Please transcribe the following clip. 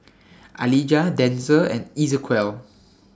Alijah Denzel and Ezequiel